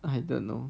I don't know